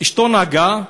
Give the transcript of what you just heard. אשתו נהגה.